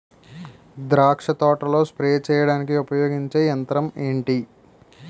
ద్రాక్ష తోటలో స్ప్రే చేయడానికి ఉపయోగించే యంత్రం ఎంటి?